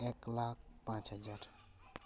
ᱮᱠ ᱞᱟᱠᱷ ᱯᱟᱸᱪ ᱦᱟᱡᱟᱨ